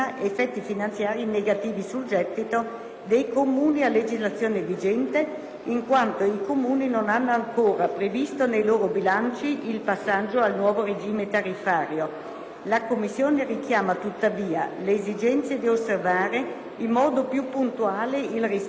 dei Comuni a legislazione vigente, in quanto i Comuni non hanno ancora previsto nei loro bilanci il passaggio al nuovo regime tariffario. La Commissione richiama, tuttavia, l'esigenza di osservare in modo più puntuale il rispetto del criterio della legislazione vigente